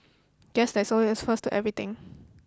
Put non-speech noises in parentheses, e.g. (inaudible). guess there is (unintelligible) a first in everything